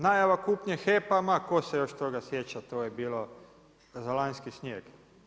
Najava kupnje HEP-a, ma 'ko se još toga sjeća, to je bilo za lanjski snijeg.